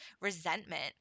resentment